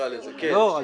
לא, לא.